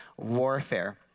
warfare